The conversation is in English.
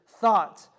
thought